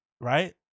Right